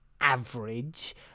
average